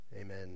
amen